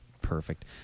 perfect